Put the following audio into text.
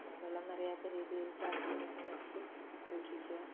വെള്ളം നിറയാത്ത രീതിയിയില് ചാക്കിലും മറ്റും നിറച്ച് സൂക്ഷിക്കുക